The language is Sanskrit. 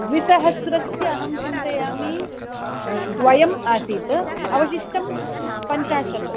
द्विसहस्रस्य अहं चिन्तयामि द्वयम् आसीत् अवशिष्टं पञ्चाशत्